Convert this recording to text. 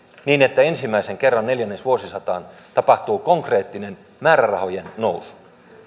niin että ensimmäisen kerran neljännesvuosisataan tapahtuu konkreettinen määrärahojen nousu